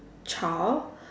child